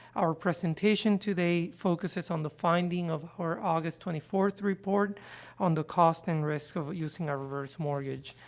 our presentation today focuses on the finding of our august twenty fourth report on the costs and risks of using a reverse mortgage.